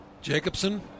Jacobson